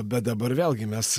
bet dabar vėlgi mes